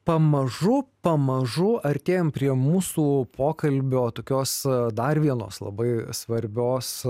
pamažu pamažu artėjam prie mūsų pokalbio tokios dar vienos labai svarbios